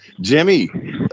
jimmy